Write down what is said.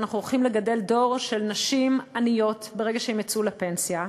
אנחנו הולכים לגדל דור של נשים עניות ברגע שהן יצאו לפנסיה.